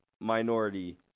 minority